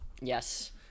Yes